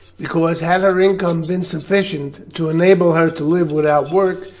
because had her income been sufficient to enable her to live without work,